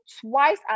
twice